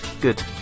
good